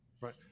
Right